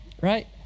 right